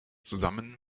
zusammen